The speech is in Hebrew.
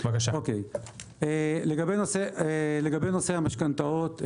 לגבי נושא המשכנתאות,